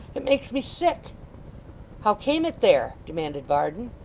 it makes me sick how came it there demanded varden.